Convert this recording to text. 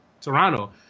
Toronto